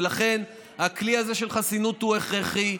ולכן הכלי הזה של חסינות הוא הכרחי.